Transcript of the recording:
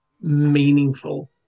meaningful